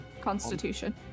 Constitution